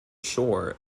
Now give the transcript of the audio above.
shore